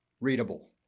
readable